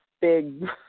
big